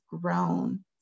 grown